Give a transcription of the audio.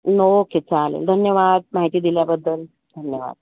okay चालेल धन्यवाद माहिती दिल्याबद्दल धन्यवाद